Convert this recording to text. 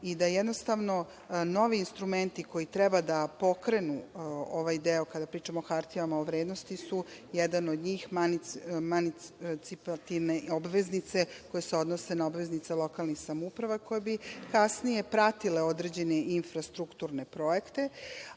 Jednostavno novi instrumenti koji treba da pokrenu ovaj deo kada pričamo o hartijama od vrednosti su, jedan emancipovane obveznice koje se odnose na obveznice lokalnih samouprava koje su kasnije pratile određene i infrastrukturne projekte,